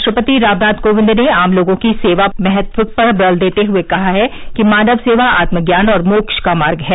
राष्ट्रपति रामनाथ कोविंद ने आम लोगों की सेवा के महत्व पर बल देते हुए कहा है कि मानव सेवा आत्मज्ञान और मोक्ष का मार्ग है